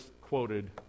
quoted